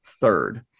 third